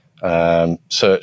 Search